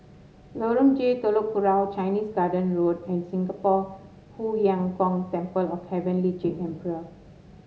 Lorong J Telok Kurau Chinese Garden Road and Singapore Hu Yuang Gong Temple of Heavenly Jade Emperor